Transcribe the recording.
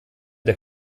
der